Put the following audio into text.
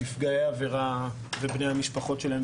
נפגעי עבירה ובני המשפחות שלהם,